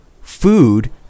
food